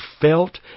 felt